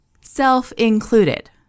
Self-included